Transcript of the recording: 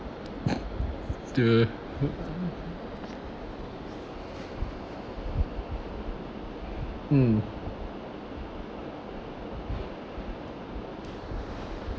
to mm